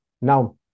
Now